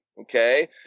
Okay